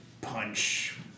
punch